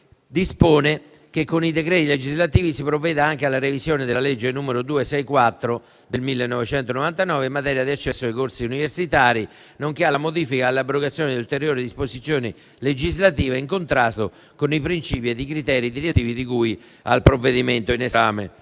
dispone che con i decreti legislativi si provveda anche alla revisione della legge n. 264 del 1999 in materia d'accesso ai corsi universitari, nonché alla modifica e all'abrogazione di ulteriori disposizioni legislative in contrasto con i principi e i criteri direttivi di cui al provvedimento in esame.